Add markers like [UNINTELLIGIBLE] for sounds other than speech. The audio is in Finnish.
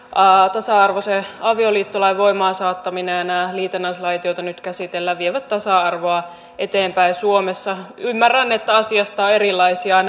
tasa arvoisen avioliittolain voimaansaattaminen ja nämä liitännäislait joita nyt käsitellään vievät tasa arvoa eteenpäin suomessa ymmärrän että asiasta on erilaisia [UNINTELLIGIBLE]